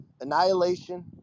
annihilation